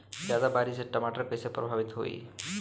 ज्यादा बारिस से टमाटर कइसे प्रभावित होयी?